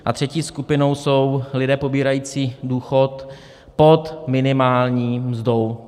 A třetí skupinou jsou lidé pobírající důchod pod minimální mzdou.